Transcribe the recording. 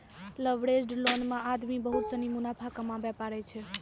leveraged loan मे आदमी बहुत सनी मुनाफा कमाबै पारै छै